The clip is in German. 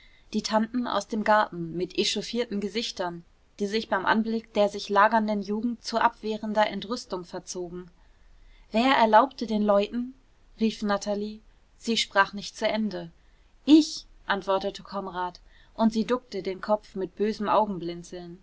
die tanten aus dem garten mit echauffierten gesichtern die sich beim anblick der sich lagernden jugend zu abwehrender entrüstung verzogen wer erlaubte den leuten rief natalie sie sprach nicht zu ende ich antwortete konrad und sie duckte den kopf mit bösem